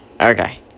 Okay